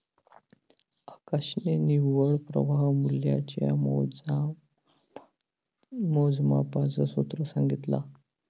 आकाशने निव्वळ प्रवाह मूल्याच्या मोजमापाच सूत्र सांगितला